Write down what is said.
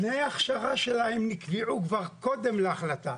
תנאי ההכשרה שלה נקבעו כבר קודם להחלטה.